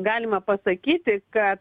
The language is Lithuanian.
galima pasakyti kad